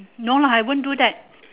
no lah I won't do that